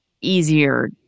easier